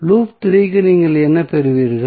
loop 3 க்கு நீங்கள் என்ன பெறுவீர்கள்